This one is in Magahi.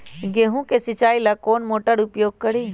गेंहू के सिंचाई ला कौन मोटर उपयोग करी?